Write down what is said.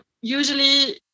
usually